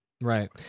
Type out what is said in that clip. right